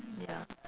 ya